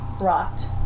rocked